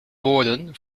woorden